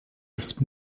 ist